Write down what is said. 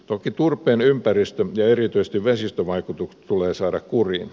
toki turpeen ympäristö ja erityisesti vesistövaikutukset tulee saada kuriin